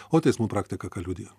o teismų praktika ką liudija